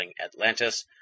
Atlantis